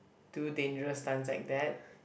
do dangerous stunts like that